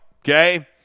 okay